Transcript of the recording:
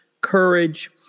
courage